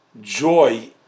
joy